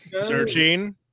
Searching